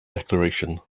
declaration